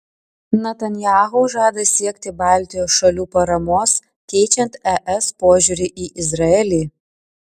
netanyahu žada siekti baltijos šalių paramos keičiant es požiūrį į izraelį